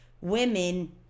women